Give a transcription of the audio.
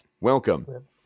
Welcome